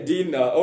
Dinner